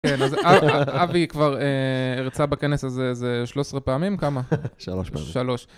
כן, אז אבי כבר הרצה בכנס הזה, איזה 13 פעמים? כמה? 3 פעמים. 3